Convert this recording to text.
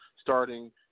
starting